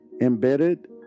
Embedded